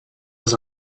his